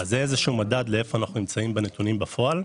אז זה איזשהו מדד לאיפה אנחנו נמצאים בנתונים בפועל.